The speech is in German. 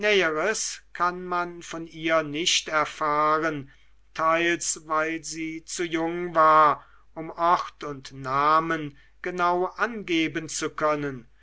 kann man von ihr nicht erfahren teils weil sie zu jung war um ort und namen genau angeben zu können